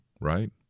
right